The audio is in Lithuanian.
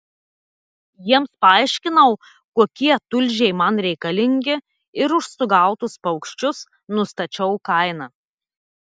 jiems paaiškinau kokie tulžiai man reikalingi ir už sugautus paukščius nustačiau kainą